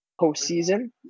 postseason